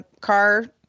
car